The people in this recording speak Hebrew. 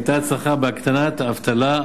היתה הצלחה בהקטנת האבטלה,